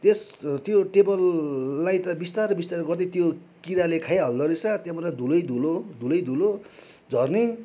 त्यस त्यो टेबललाई त बिस्तारै बिस्तारै गर्दै त्यो किराले खाइहाल्दो रहेछ त्यहाँबाट धुलैधुलो धुलैधुलो झर्ने